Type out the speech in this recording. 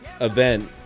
event